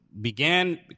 began